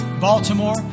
Baltimore